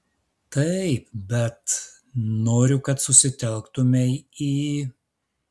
taip bet noriu kad susitelktumei į